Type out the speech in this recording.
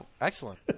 excellent